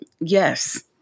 yes